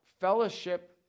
Fellowship